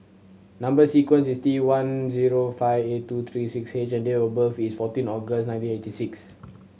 number sequence is T one zero five eight two three six H and date of birth is fourteen August nineteen eighty six